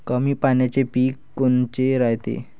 कमी पाण्याचे पीक कोनचे रायते?